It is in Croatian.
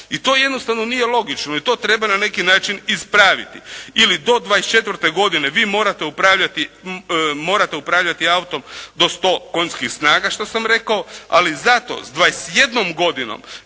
i to jednostavno nije logično i to treba na neki način ispraviti ili do 24. godine vi morate upravljati autom do 100 konjskih snaga, ali zato s 21 godinom